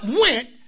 went